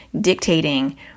dictating